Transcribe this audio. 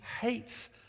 hates